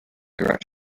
direct